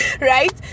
right